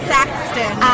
Saxton